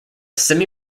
semi